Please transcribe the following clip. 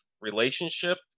relationship